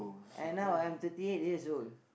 and now I'm thirty eight years old